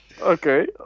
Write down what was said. Okay